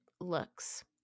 looks